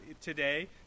today